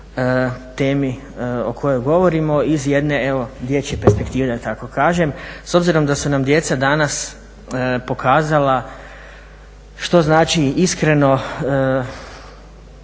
temi o kojoj govorimo iz jedne dječje perspektive, da tako kažem. S obzirom da su nam djeca danas pokazala što znači iskreno,